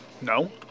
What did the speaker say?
No